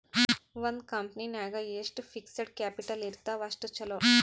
ಒಂದ್ ಕಂಪನಿ ನಾಗ್ ಎಷ್ಟ್ ಫಿಕ್ಸಡ್ ಕ್ಯಾಪಿಟಲ್ ಇರ್ತಾವ್ ಅಷ್ಟ ಛಲೋ